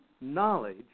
knowledge